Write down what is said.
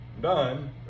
done